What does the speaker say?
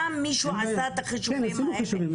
האם מישהו עשה פעם את החישובים האלה?